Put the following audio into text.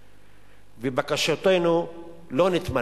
ובקשותינו לא נתמלאו.